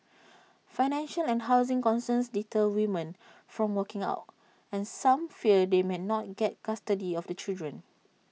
financial and housing concerns deter women from walking out and some fear they may not get custody of the children